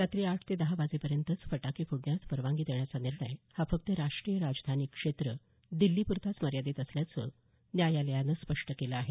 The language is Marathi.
रात्री आठ ते दहा वाजेपर्यंतच फटाके फोडण्यास परवानगी देण्याचा निर्णय हा फक्त राष्ट्रीय राजधानी क्षेत्र दिल्ली पुरताच मर्यादित असल्याचं न्यायालयानं स्पष्ट केलं आहे